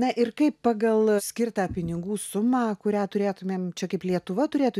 na ir kaip pagal skirtą pinigų sumą kurią turėtumėm čia kaip lietuva turėtų